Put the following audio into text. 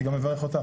אני גם מברך אותך,